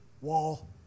wall